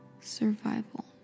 survival